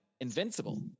Invincible